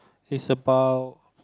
is about